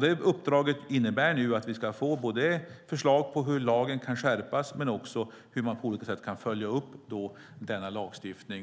Detta uppdrag innebär nu att vi ska få både förslag på hur lagen kan skärpas och hur man på olika sätt kan följa upp denna lagstiftning.